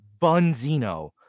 Bunzino